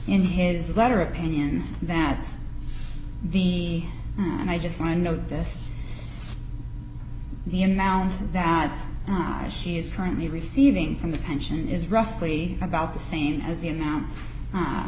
in his letter opinion that's the and i just want to know this the announcement that she is currently receiving from the pension is roughly about the same as the amount